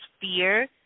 fear